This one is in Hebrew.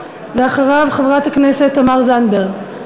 ואחריו חברת הכנסת תמר זנדברג.